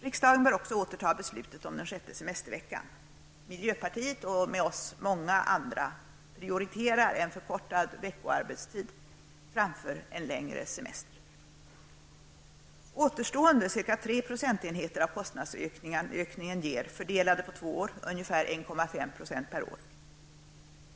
Riksdagen bör också återta beslutet om den sjätte semesterveckan. Miljöpartiet -- och med oss många andra -- prioriterar en förkortad veckoarbetstid framför en längre semester. ungefär 1,5 % per år.